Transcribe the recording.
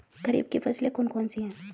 खरीफ की फसलें कौन कौन सी हैं?